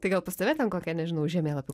tai gal pas tave ten kokia nežinau žemėlapių